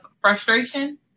frustration